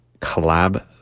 collab